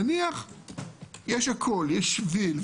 נניח יש הכול שביל,